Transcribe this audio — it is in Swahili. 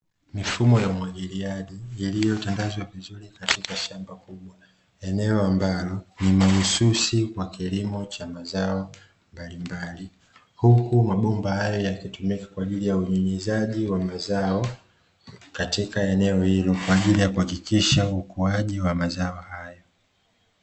Mifumo ya umwagiliaji, iliyotandazwa vizuri katika shamba kubwa. Eneo ambalo ni mahususi kwa kilimo cha mazao mbalimbali, huku mabomba haya yakitumika kwa ajili ya unyunyizaji wa mazao katika eneo hilo, kwa ajili ya kuhakikisha ukuaji wa mazao hayo.